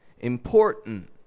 Important